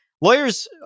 Lawyers